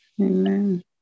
Amen